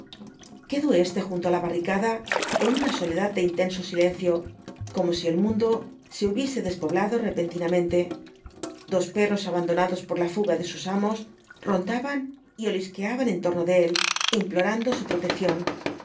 quedó éste junto á la barricada en una soledad de intenso silencio como si el mundo se hubiese despoblado repentinamente dos perros abandonados por la fuga de sus amos rondaban y oliscaban en torno de él implorando su protección